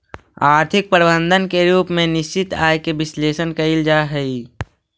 आर्थिक प्रबंधन के रूप में निश्चित आय के विश्लेषण कईल जा हई